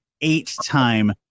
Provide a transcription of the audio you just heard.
eight-time